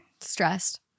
Stressed